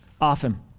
often